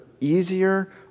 easier